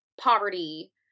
poverty